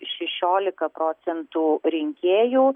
šešiolika procentų rinkėjų